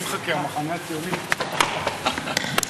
גברתי היושבת-ראש, חברי חבר הכנסת אברהם נגוסה,